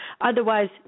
otherwise